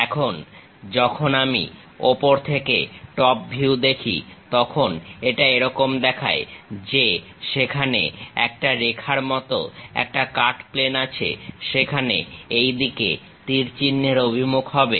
এবং যখন আমি ওপর থেকে টপ ভিউ দেখি তখন এটা এরকম দেখায় যে সেখানে একটা রেখার মতো একটা কাট প্লেন আছে সেখানে এই দিকে তীর চিহ্নের অভিমুখ হবে